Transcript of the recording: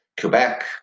Quebec